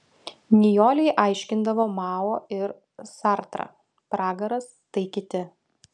nijolei aiškindavo mao ir sartrą pragaras tai kiti